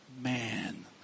man